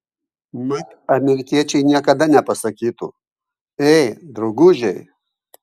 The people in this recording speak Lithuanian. mat amerikiečiai niekada nepasakytų ei draugužiai